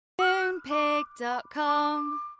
Moonpig.com